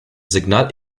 signal